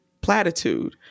Platitude